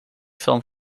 film